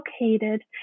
located